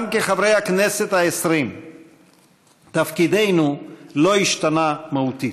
גם כחברי הכנסת העשרים תפקידנו לא השתנה מהותית: